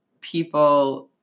people